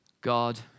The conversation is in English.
God